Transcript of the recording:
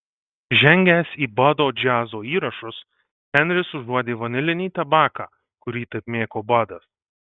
žengęs į bado džiazo įrašus henris užuodė vanilinį tabaką kurį taip mėgo badas